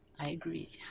i agree.